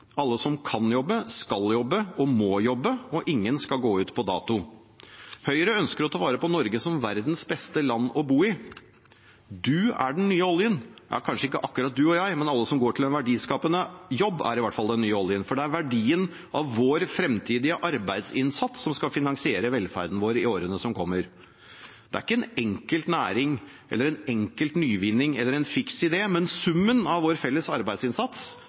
Alle som kan jobbe, skal jobbe og må jobbe, og ingen skal gå ut på dato. Høyre ønsker å ta vare på Norge som verdens beste land å bo i. Du er den nye oljen – kanskje ikke akkurat du og jeg, men alle som går til en verdiskapende jobb, er i hvert fall den nye oljen – for det er verdien av vår fremtidige arbeidsinnsats som skal finansiere velferden vår i årene som kommer. Det er ikke en enkelt næring, en enkelt nyvinning eller en fiks idé, men summen av vår felles arbeidsinnsats